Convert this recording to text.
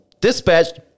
dispatched